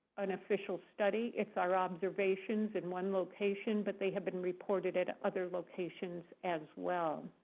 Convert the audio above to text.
an official study. it's our observations in one location. but they have been reported at other locations as well.